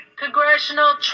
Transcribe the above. Congressional